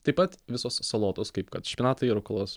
taip pat visos salotos kaip kad špinatai rukolos